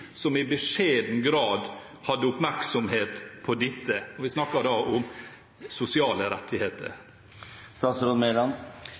som i beskjeden grad hadde oppmerksomhet på dette – vi snakker da om sosiale rettigheter.